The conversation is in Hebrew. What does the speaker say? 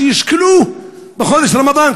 שישקלו בחודש רמדאן,